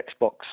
Xbox